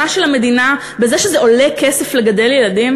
של המדינה בזה שעולה כסף לגדל ילדים?